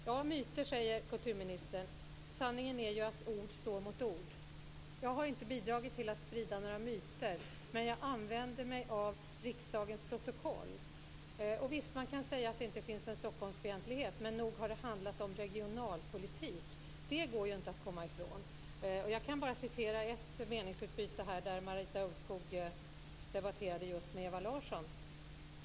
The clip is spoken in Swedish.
Kulturministern säger att det handlar om myter. Sanningen är ju att ord står mot ord. Jag har inte bidragit till att sprida några myter, men jag använder mig av riksdagens protokoll. Visst kan man säga att det inte finns en Stockholmsfientlighet. Men nog har det handlat om regionalpolitik. Det går inte att komma ifrån. Jag kan bara citera ett meningsutbyte där Marita Ulvskog debatterade med just Ewa Larsson.